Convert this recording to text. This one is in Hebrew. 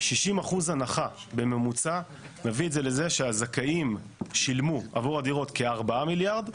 60% הנחה בממוצע מביא את זה לזה שהזכאים שילמו עבור הדירות כ-4 מיליארד,